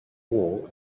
wall